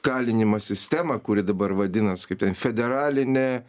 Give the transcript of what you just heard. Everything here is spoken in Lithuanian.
kalinimo sistemą kuri dabar vadinas kaip ten federalinė